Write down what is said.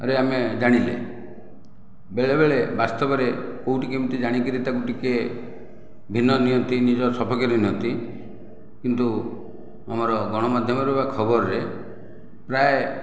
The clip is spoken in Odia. ଆରେ ଆମେ ଜାଣିଲେ ବେଳେବେଳେ ବାସ୍ତବରେ କେଉଁଠି କେମିତି ଜାଣିକରି ତାକୁ ଟିକିଏ ଭିନ୍ନ ନିଅନ୍ତି ନିଜ ସପକ୍ଷରେ ନିଅନ୍ତି କିନ୍ତୁ ଆମର ଗଣମାଧ୍ୟମରେ ବା ଖବରରେ ପ୍ରାୟ